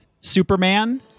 Superman